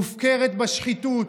מופקרת בשחיתות,